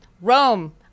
Rome